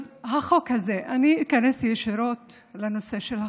אז החוק הזה, אני איכנס ישירות לנושא של החוק.